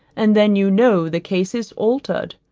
and then you know the case is altered.